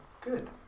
Good